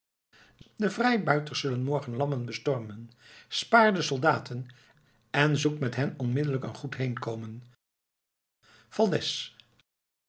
de vrijbuiters zullen morgen lammen bestormen spaar de soldaten en zoek met hen onmiddellijk een goed heenkomen